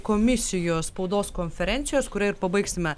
komisijos spaudos konferencijos kuria ir pabaigsime